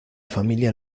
familia